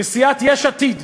בסיעת יש עתיד,